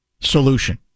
solution